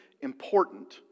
important